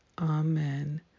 Amen